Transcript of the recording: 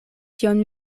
tion